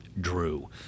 Drew